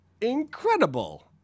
incredible